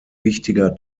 wichtiger